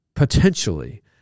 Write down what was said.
Potentially